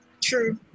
True